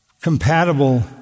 compatible